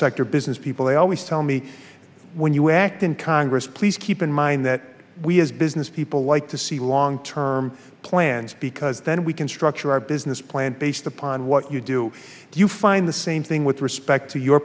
sector business people they always tell me when you act in congress please keep in mind that we as business people like to see long term plans because then we can structure our business plan based upon what you do do you find the same thing with respect to your